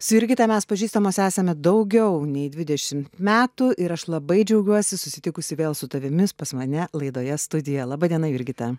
su jurgita mes pažįstamos esame daugiau nei dvidešimt metų ir aš labai džiaugiuosi susitikusi vėl su tavimi pas mane laidoje studija laba diena jurgita